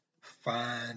find